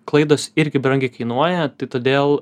klaidos irgi brangiai kainuoja tai todėl